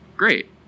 great